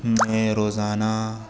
میں روزانہ